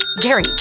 Gary